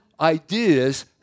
ideas